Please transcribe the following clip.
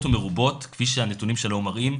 ומרובות כפי שהנתונים של האו"ם מראים,